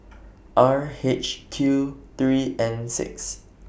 R H Q three N six